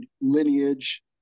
lineage